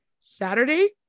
Saturday